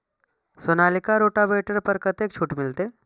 Sonalika rotavator पर कतेक छूट मिलते?